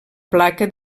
placa